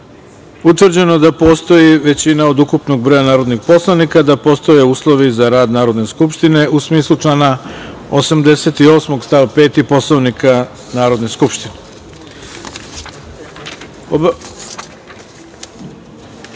utvrđeno da postoji većina od ukupnog broja narodnih poslanika, da postoje uslovi za rad Narodne skupštine u smislu člana 88. stav 5. Poslovnika Narodne skupštine. Saglasno